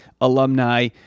alumni